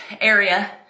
area